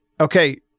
okay